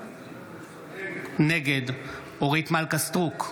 נגד אורית מלכה סטרוק,